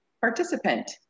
participant